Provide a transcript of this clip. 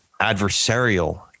adversarial